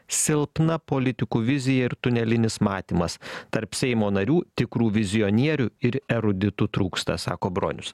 silpna politikų vizija ir tunelinis matymas tarp seimo narių tikrų vizionierių ir eruditų trūksta sako bronius